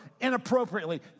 inappropriately